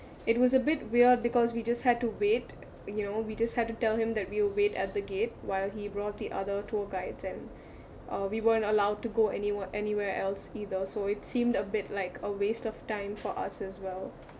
it was a bit weird because we just had to wait you know we just had to tell him that we'll wait at the gate while he brought the other tour guides and uh we weren't allowed to go anywhe~ anywhere else either so it seemed a bit like a waste of time for us as well